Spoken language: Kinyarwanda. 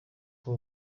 uko